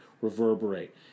reverberate